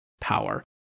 power